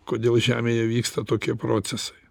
kodėl žemėje vyksta tokie procesai